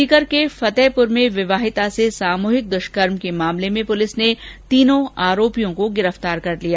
सीकर के फतेहपुर में विवाहिता से सामूहिक दुष्कर्म के मामले में पुलिस ने तीनों आरोपियों को गिरफ़तार कर लिया